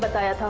but daya. so